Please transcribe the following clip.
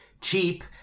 cheap